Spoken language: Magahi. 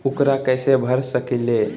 ऊकरा कैसे भर सकीले?